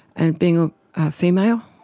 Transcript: and being a female,